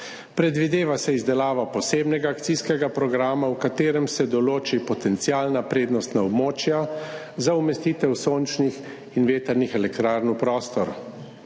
Predvideva se izdelava posebnega akcijskega programa, v katerem se določi potencialna prednostna območja za umestitev sončnih in vetrnih elektrarn v prostor.